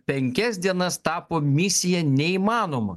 penkias dienas tapo misija neįmanoma